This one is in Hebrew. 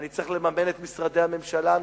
אני צריך לממן את משרדי הממשלה הנוספים,